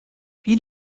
wie